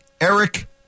Eric